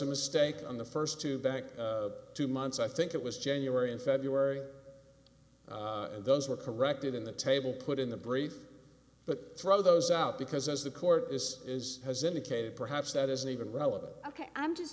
a mistake on the first two banks two months i think it was january and february those were corrected in the table put in the brief but throw those out because as the court is is has indicated perhaps that isn't even relevant ok i'm just